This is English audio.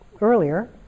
earlier